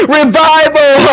revival